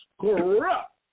corrupt